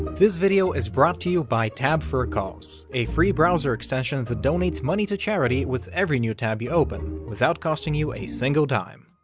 this video is brought to you by tab for a cause, a free browser extension that that donates money to charity with every new tab open without costing you a single dime.